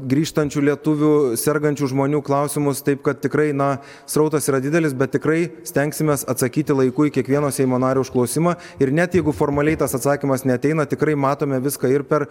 grįžtančių lietuvių sergančių žmonių klausimus taip kad tikrai na srautas yra didelis bet tikrai stengsimės atsakyti laiku į kiekvieno seimo nario užklausimą ir net jeigu formaliai tas atsakymas neateina tikrai matome viską ir per